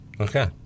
okay